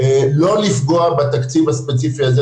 לא לפגוע בתקציב הספציפי הזה.